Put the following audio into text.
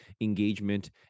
engagement